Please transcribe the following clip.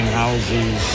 houses